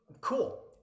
cool